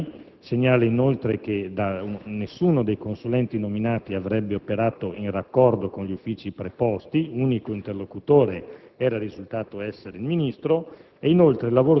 Il Collegio per i reati ministeriali segnala inoltre che nessuno dei consulenti nominati avrebbe operato in raccordo con gli uffici preposti, unico interlocutore